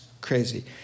crazy